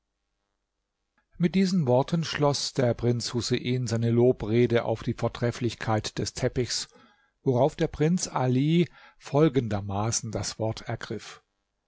mit diesen worten schloß der prinz husein seine lobrede auf die vortrefflichkeit des teppichs worauf der prinz ali folgendermaßen das wort ergriff